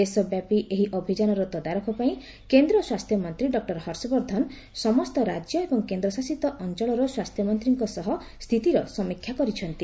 ଦେଶବ୍ୟାପି ଏହି ଅଭିଯାନର ତଦାରଖ ପାଇଁ କେନ୍ଦ୍ ସ୍ନାସ୍ଥ୍ୟମନ୍ତ୍ରୀ ଡକୁର ହର୍ଷବର୍ଦ୍ଧନ ସମସ୍ତ ରାଜ୍ୟ ଏବଂ କେନ୍ଦ୍ଶାସିତ ଅଞ୍ଚଳର ସ୍ୱାସ୍ଥ୍ୟମନ୍ତ୍ରୀଙ୍କ ସହ ସ୍ଥିତିର ସମୀକ୍ଷା କରିଛନ୍ତି